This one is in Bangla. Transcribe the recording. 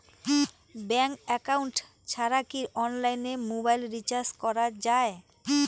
ব্যাংক একাউন্ট ছাড়া কি অনলাইনে মোবাইল রিচার্জ করা যায়?